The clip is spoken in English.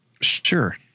Sure